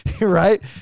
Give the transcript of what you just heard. right